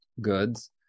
goods